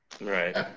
Right